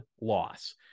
loss